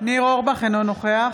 אינו נוכח